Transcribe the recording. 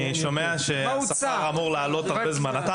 אני שומע כבר הרבה זמן שהשכר אמור לעלות,